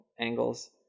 angles